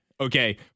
Okay